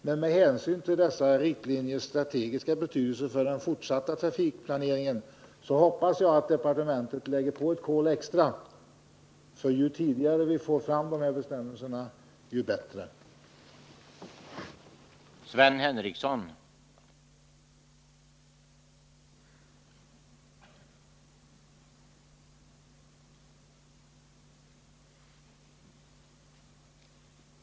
Men med hänsyn till dessa riktlinjers strategiska betydelse för den fortsatta trafikplaneringen hoppas jag att departementet lägger på ett kol extra, för ju tidigare vi får fram dessa bestämmelser, desto bättre.